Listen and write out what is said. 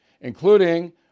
including